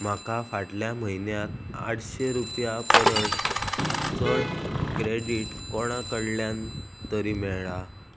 म्हाका फाटल्या म्हयन्यांत आठशे रुपया परस चड क्रॅडिट कोणा कडल्यान तरी मेळ्ळां